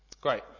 Great